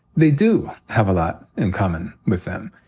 they do have a lot in common with them.